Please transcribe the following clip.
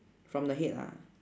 from the head lah